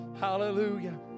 Hallelujah